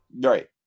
Right